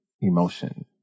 emotion